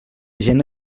gent